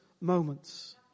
moments